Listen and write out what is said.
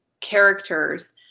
characters